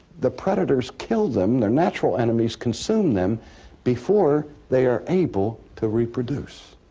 the predators killed them, their natural enemies consumed them before they are able to reproduce.